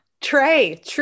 Trey